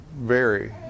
vary